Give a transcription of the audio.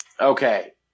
Okay